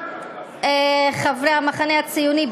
חברי המחנה הציוני,